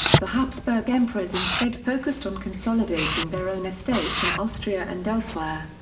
the habsburg emperors instead focused on consolidating their own estates in austria and elsewhere.